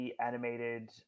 animated